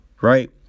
right